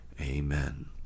Amen